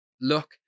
look